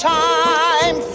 time